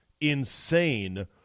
insane